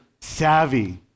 savvy